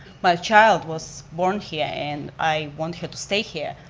my child was born here and i want him to stay here,